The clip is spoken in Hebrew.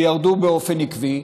שירדו באופן עקבי,